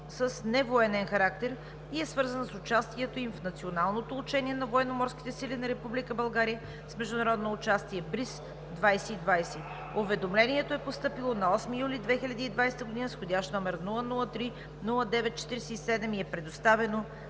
с невоенен характер и е свързана с участието им в Националното учение на Военноморските сили на Република България с международно участие „Бриз 2020“. Уведомлението е постъпило на 8 юли 2020 г., вх. № 003-09-47, и е предоставено